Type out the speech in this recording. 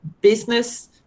business